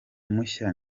mushya